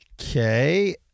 Okay